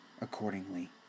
accordingly